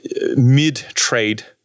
mid-trade